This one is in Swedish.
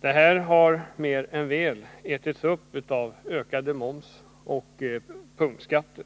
Detta har mer än väl ätits upp av ökad moms och höjda punktskatter.